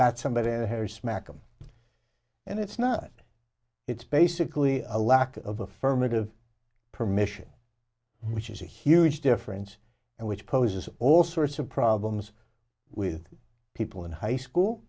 somebody smack them and it's not it's basically a lack of affirmative permission which is a huge difference and which poses all sorts of problems with people in high school